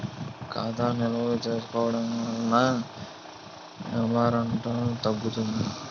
ఖాతా నిల్వలు చూసుకోవడం వలన ఏమరపాటు తగ్గుతుంది